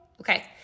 Okay